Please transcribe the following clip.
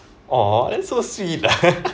orh that's so sweet